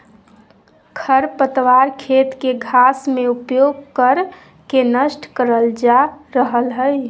खरपतवार खेत के घास में उपयोग कर के नष्ट करल जा रहल हई